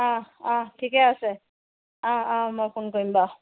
অঁ অঁ ঠিকে আছে অঁ অঁ মই ফোন কৰিম বাৰু